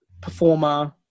performer